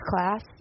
class